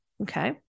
Okay